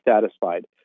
satisfied